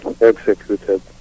executed